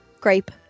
Grape